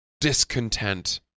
discontent